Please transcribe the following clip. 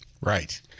Right